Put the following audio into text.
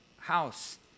house